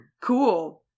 Cool